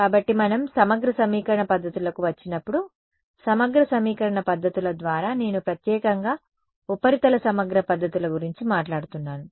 కాబట్టి మనం సమగ్ర సమీకరణ పద్ధతులకు వచ్చినప్పుడు సమగ్ర సమీకరణ పద్ధతుల ద్వారా నేను ప్రత్యేకంగా ఉపరితల సమగ్ర పద్ధతుల గురించి మాట్లాడుతున్నాను